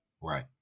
Right